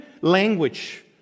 language